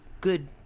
good